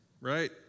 right